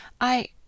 I—